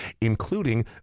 including